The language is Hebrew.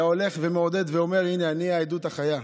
היה הולך ומעודד ואומר: הינה, אני העדות החיה.